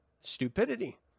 stupidity